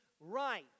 right